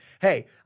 Hey